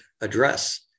address